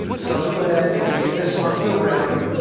so, i'm gonna go ahead and just get this on the rim